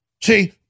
See